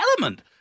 element